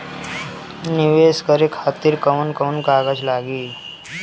नीवेश करे खातिर कवन कवन कागज लागि?